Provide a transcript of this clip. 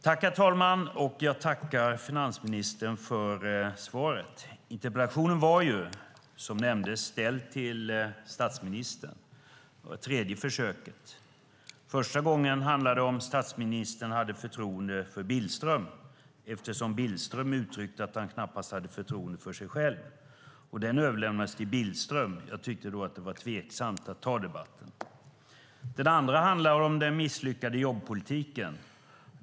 Herr talman! Jag tackar finansministern för svaret. Som nämndes var interpellationen ställd till statsministern. Det var det tredje försöket. Första gången handlade den om ifall statsministern hade förtroende för Billström, eftersom Billström uttryckte att han knappt hade förtroende för sig själv. Den överlämnades till Billström. Jag tyckte då att det var tveksamt att ta debatten. Den andra handlade om den misslyckade jobbpolitiken.